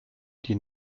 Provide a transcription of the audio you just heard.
die